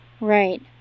right